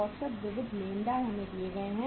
औसत विविध लेनदार हमें दिए गए हैं